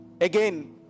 again